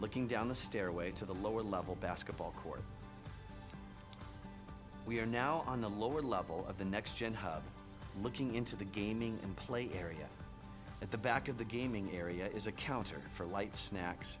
looking down the stairway to the lower level basketball court we are now on the lower level of the next gen hub looking into the gaming and play area at the back of the gaming area is a counter for light snacks